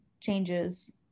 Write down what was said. changes